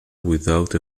without